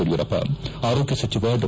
ಯಡಿಯೂರಪ್ಪ ಆರೋಗ್ಯ ಸಚಿವ ಡಾ